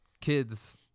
kids